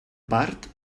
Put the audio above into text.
part